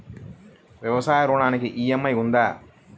వ్యవసాయ ఋణానికి ఈ.ఎం.ఐ ఉందా?